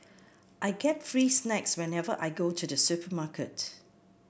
I get free snacks whenever I go to the supermarket